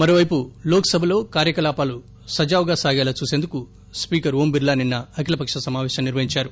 అటు లోక్ సభలో కార్యకలాపాలు సజావుగా సాగేలా చూసేందుకు స్పీకర్ ఓం బిర్లా నిన్న అఖిల పక్ష సమాపేశం నిర్వహించారు